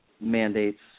mandates